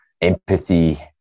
empathy